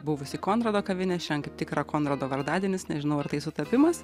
buvusi konrado kavinė šiandien kaip tik yra konrado vardadienis nežinau ar tai sutapimas